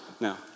Now